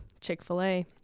Chick-fil-A